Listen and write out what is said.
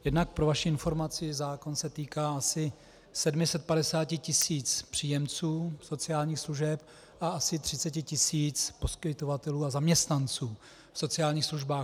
Jednak pro vaši informaci zákon se týká asi 750 tisíc příjemců sociálních služeb a 30 tisíc poskytovatelů a zaměstnanců v sociálních službách.